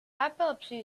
epilepsy